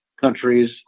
countries